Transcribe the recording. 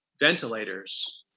ventilators